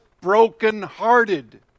brokenhearted